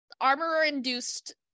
Armor-induced